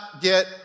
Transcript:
get